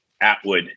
atwood